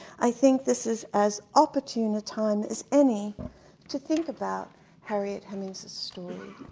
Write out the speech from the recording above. i think this is as opportune a time as any to think about harriet hemings' story.